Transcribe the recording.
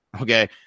Okay